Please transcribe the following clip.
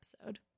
episode